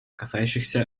касающихся